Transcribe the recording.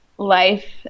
life